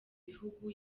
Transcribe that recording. bihugu